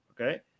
okay